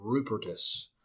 Rupertus